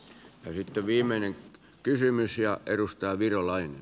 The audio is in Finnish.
sitten viimeinen kysymys ja edustaja virolainen